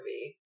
movie